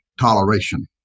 toleration